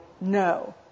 no